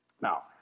Now